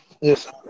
Yes